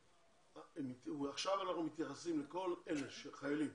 עכשיו אנחנו מתייחסים לכל החיילים